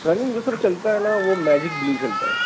لیکن وہ سب چلتا ہے نا وہ میجک بلیو چلتا ہے